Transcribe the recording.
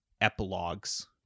epilogues